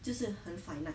就是很 finite